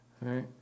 right